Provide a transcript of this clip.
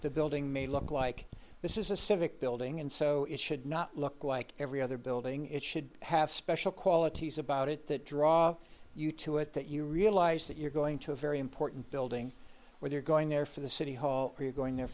the building may look like this is a civic building and so it should not look like every other building it should have special qualities about it that draw you to it that you realize that you're going to a very important building where you're going there for the city hall or you're going there